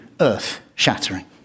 earth-shattering